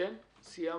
אין נמנעים,